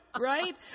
right